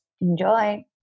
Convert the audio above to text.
Enjoy